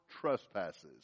trespasses